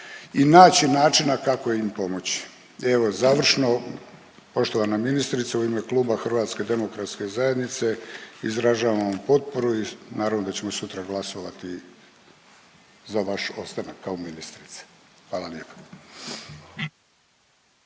i naći načina kako im pomoći. Evo završno, poštovana ministrice u ime Kluba HDZ-a, izražavamo vam potporu i naravno da ćemo sutra glasovati za vaš ostanak kao ministrice. Hvala lijepa.